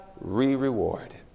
re-reward